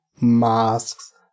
masks